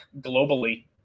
globally